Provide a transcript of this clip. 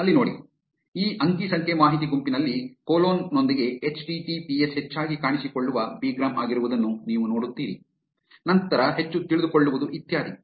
ಅಲ್ಲಿ ನೋಡಿ ಈ ಅಂಕಿ ಸಂಖ್ಯೆ ಮಾಹಿತಿ ಗುಂಪಿನಲ್ಲಿ ಕೊಲೊನ್ ನೊಂದಿಗೆ H T T P S ಹೆಚ್ಚಾಗಿ ಕಾಣಿಸಿಕೊಳ್ಳುವ ಬಿಗ್ರಾಮ್ ಆಗಿರುವುದನ್ನು ನೀವು ನೋಡುತ್ತೀರಿ ನಂತರ ಹೆಚ್ಚು ತಿಳಿದುಕೊಳ್ಳುವುದು ಇತ್ಯಾದಿ